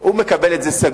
הוא מקבל את זה סגור,